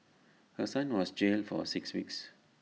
her son was jailed for six weeks